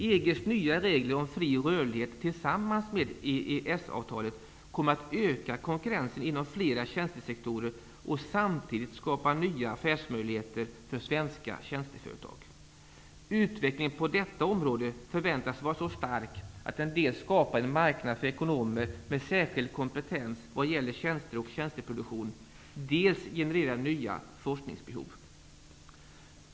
EG:s nya regler om fri rörlighet kommer, tillsammans med EES-avtalet, att öka konkurrensen inom flera tjänstesektorer och samtidigt skapa nya affärsmöjligheter för svenska tjänsteföretag. Utvecklingen på detta område förväntas vara så stark, att den dels skapar en marknad för ekonomer med särskild kompetens vad gäller tjänster och tjänsteproduktion, dels genererar nya forskningsbehov.